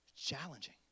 Challenging